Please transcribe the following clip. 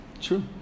true